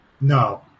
No